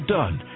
done